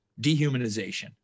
dehumanization